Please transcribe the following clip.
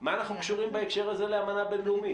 מה אנחנו קשורים בהקשר הזה לאמנה בין-לאומית?